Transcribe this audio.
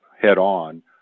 head-on